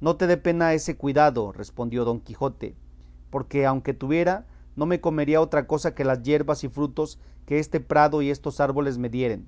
no te dé pena ese cuidado respondió don quijote porque aunque tuviera no comiera otra cosa que las yerbas y frutos que este prado y estos árboles me dieren